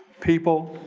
people